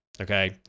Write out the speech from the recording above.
Okay